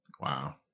Wow